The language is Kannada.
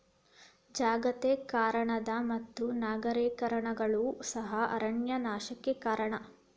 ಜಾಗತೇಕರಣದ ಮತ್ತು ನಗರೇಕರಣಗಳು ಸಹ ಅರಣ್ಯ ನಾಶಕ್ಕೆ ಕಾರಣ